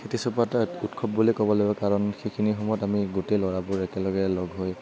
খেতি চপোৱাটো এটা উৎসৱ বুলি ক'ব লাগিব কাৰণ সেইখিনি সময়ত আমি গোটেই ল'ৰাবোৰে একেলগে লগ হৈ